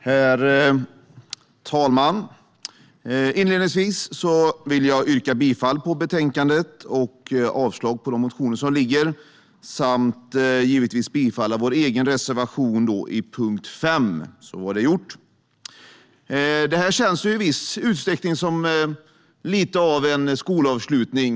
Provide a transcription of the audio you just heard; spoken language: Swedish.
Herr talman! Inledningsvis vill jag yrka bifall till utskottets förslag och till vår reservation i punkt 5 samt avslag på motionerna. Det känns lite som en skolavslutning.